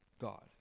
God